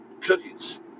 cookies